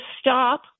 stop